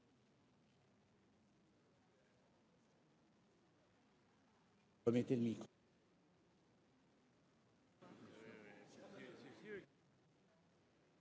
Merci,